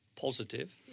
positive